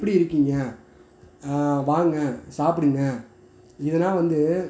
எப்படி இருக்கீங்க வாங்க சாப்பிடுங்க இதெல்லாம் வந்து